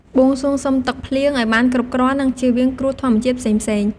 បួងសួងសុំទឹកភ្លៀង ឱ្យបានគ្រប់គ្រាន់ និងជៀសវាងគ្រោះធម្មជាតិផ្សេងៗ។